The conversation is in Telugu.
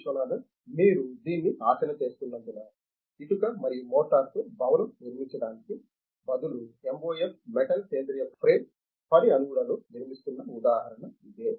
విశ్వనాథన్ మీరు దీన్ని ఆచరణ చేస్తున్నందున ఇటుక మరియు మోర్టార్తో భవనం నిర్మించటానికి బదులు MOF మెటల్ సేంద్రీయ ఫ్రేమ్ పని అణువులలో నిర్మిస్తున్న ఉదాహరణ ఇదే